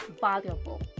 valuable